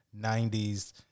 90s